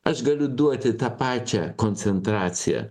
aš galiu duoti tą pačią koncentraciją